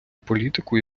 політику